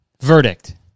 verdict